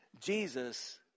Jesus